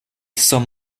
some